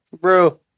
bro